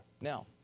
Now